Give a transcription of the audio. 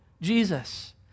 Jesus